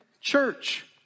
church